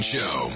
Show